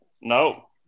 No